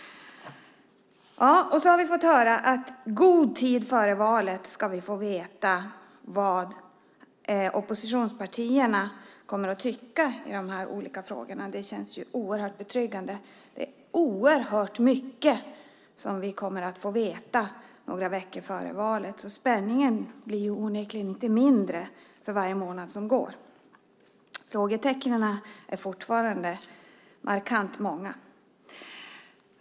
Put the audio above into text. Vi har fått höra att vi i god tid före valet ska få veta vad oppositionspartierna kommer att tycka i de här frågorna. Det känns ju betryggande. Det är oerhört mycket som vi kommer att få veta några veckor före valet. Spänningen blir inte mindre för varje månad som går. Frågetecknen är fortfarande många.